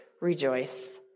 rejoice